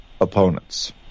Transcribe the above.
opponents